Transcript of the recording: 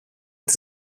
της